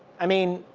i mean,